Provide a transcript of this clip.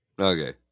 Okay